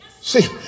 see